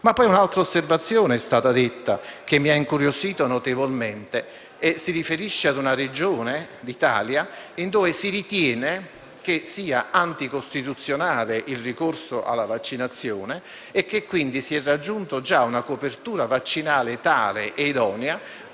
mossa un'altra osservazione, che mi ha incuriosito notevolmente e che si riferisce a una Regione d'Italia dove si ritiene che sia anticostituzionale il ricorso all'obbligo di vaccinazione, e che si sia raggiunta già una copertura vaccinale tale e idonea